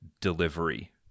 delivery